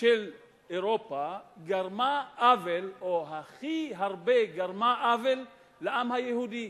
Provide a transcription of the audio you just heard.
של אירופה גרמה הכי הרבה עוול לעם היהודי,